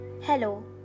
Hello